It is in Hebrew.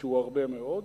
שהוא הרבה מאוד,